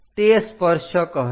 તે સ્પર્શક હશે